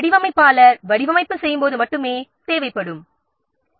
வடிவமைப்பாளர் வடிவமைப்பு செய்யும்போது மட்டுமே தேவைப்படுவார்